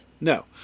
No